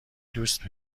دوست